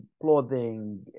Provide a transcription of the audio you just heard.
clothing